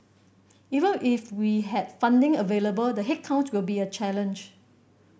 even if we had funding available the headcount will be a challenge